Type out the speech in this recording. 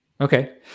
Okay